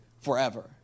forever